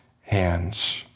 hands